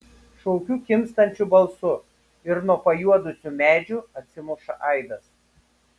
šaukiu kimstančiu balsu ir nuo pajuodusių medžių atsimuša aidas